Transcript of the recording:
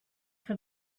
for